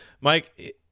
Mike